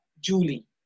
Julie